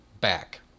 back